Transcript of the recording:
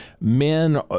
men